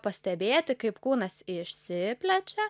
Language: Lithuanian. pastebėti kaip kūnas išsiplečia